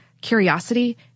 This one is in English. curiosity